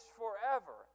forever